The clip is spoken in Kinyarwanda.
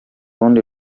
rundi